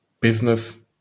business